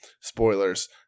spoilers